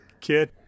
kid